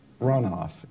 runoff